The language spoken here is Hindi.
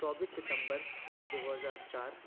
चौबिस सितंबर दो हज़ार चार